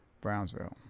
Brownsville